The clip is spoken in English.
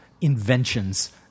inventions